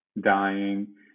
dying